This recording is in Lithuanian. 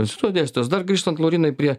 instituto dėstytojas dar grįžtant laurynai prie